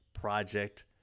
project